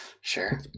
Sure